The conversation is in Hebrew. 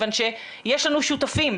כיוון שיש לנו שותפים,